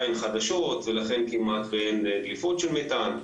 הן חדשות ולכן כמעט ואין דליפות של מתאן,